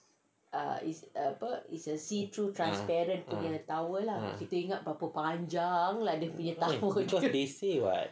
ah ah ah eh they say [what]